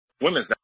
Women's